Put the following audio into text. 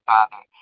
Father